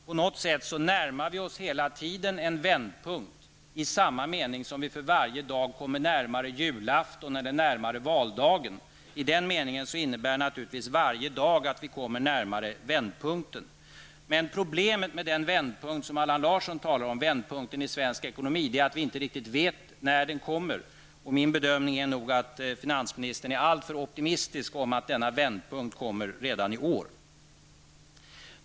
På något sätt närmar vi oss hela tiden en vändpunkt, i samma mening som vi för varje dag kommer närmare julafton eller närmare valdagen; i den meningen innebär naturligtvis varje dag att vi kommer närmare vändpunkten. Men problemet med den vändpunkt som Allan Larsson talar om -- vändpunkten i svensk ekonomi -- är att vi inte riktigt vet när den kommer. Min bedömning är nog att finansministern är alltför optimistisk när han tror att denna vändpunkt kommer redan i år.